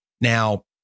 Now